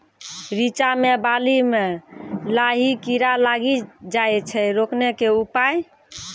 रिचा मे बाली मैं लाही कीड़ा लागी जाए छै रोकने के उपाय?